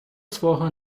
свого